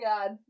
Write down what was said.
God